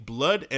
Blood